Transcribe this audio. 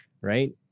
right